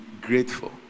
grateful